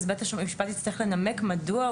אז בית המשפט יצטרך לנמק מדוע?